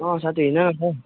अँ साथी हिँड न त